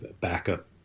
backup